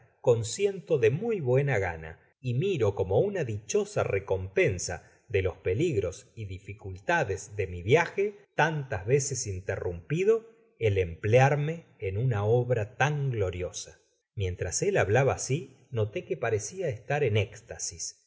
aceptar consiento de muy buena gana y miro como una dichosa recompensa de los peligros y dificultades de mi viaje tantas veces interrumpido el emplearme en una obra tan gloriosa mientras él hablaba asíi noté que pareoia estar en éxtasis